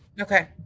Okay